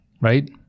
right